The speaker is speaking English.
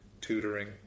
tutoring